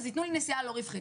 אז יתנו לי נסיעה לא רווחית.